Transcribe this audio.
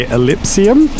Ellipsium